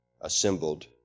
assembled